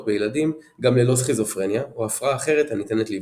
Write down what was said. בילדים גם ללא סכיזופרניה או הפרעה אחרת הניתנת לאבחון.